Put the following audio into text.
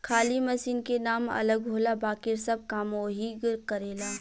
खाली मशीन के नाम अलग होला बाकिर सब काम ओहीग करेला